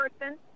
person